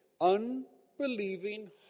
unbelieving